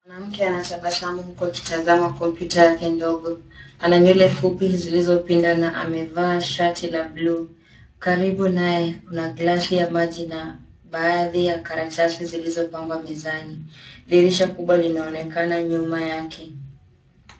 Mwanamke anatabasamu huku akitazama kompyuta yake ndogo, ana nywele fupi zilizopinda na amevaa shati la blue , karibu naye, kuna glasi ya maji na baadhi ya karatasi zilizopangwa mezani, dirisha kubwa linaonekana nyuma yake.